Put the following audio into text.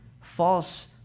false